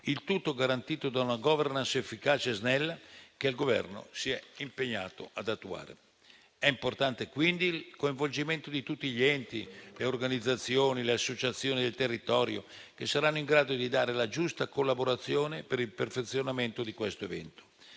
il tutto garantito da una *governance* efficace e snella, che il Governo si è impegnato ad attuare. È importante quindi il coinvolgimento di tutti gli enti, delle organizzazioni e delle associazioni del territorio, che saranno in grado di dare la giusta collaborazione per il perfezionamento di questo evento.